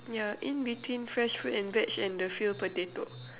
mm yeah in between fresh fruit and veg and the filled potato